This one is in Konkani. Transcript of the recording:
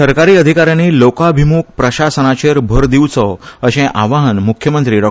सरकारी अधिकारयानी लोकाभिम्ख प्रशासनाचेर भर दिवचो अशे आवाहन म्ख्यमंत्री डॉ